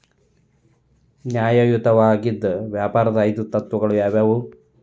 ನ್ಯಾಯಯುತವಾಗಿದ್ ವ್ಯಾಪಾರದ್ ಐದು ತತ್ವಗಳು ಯಾವ್ಯಾವು?